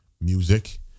music